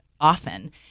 often